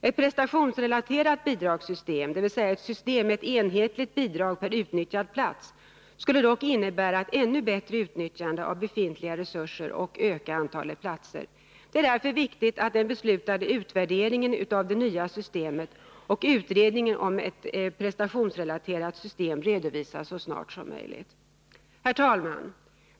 Ett prestationsrelaterat bidragssystem, dvs. ett system med ett enhetligt bidrag per utnyttjad plats, skulle dock innebära ett ännu bättre utnyttjande av befintliga resurser och öka antalet platser. Det är därför viktigt att den beslutade utvärderingen av det nya systemet och utredningen om ett prestationsrelaterat system redovisas så snart som möjligt. Herr talman!